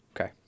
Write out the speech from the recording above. Okay